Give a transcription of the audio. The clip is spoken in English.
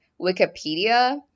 Wikipedia